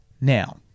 Now